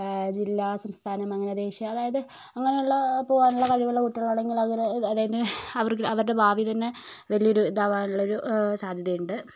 ജില്ല സംസ്ഥാനം അങ്ങനെ ദേശീയ അതായത് അങ്ങനെ ഉള്ള പോകാനുള്ള കഴിവുള്ള കുട്ടികളെ ആണെങ്കിൽ അവരുടെ അതായത് അവരുടെ ഭാവി തന്നെ വലിയൊരു ഇതാവാനുള്ള സാധ്യത ഉണ്ട്